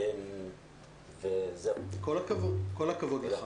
כל הכבוד לך,